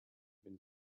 been